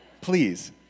Please